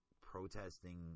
protesting